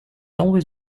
always